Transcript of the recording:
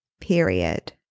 period